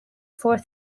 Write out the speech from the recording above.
fourth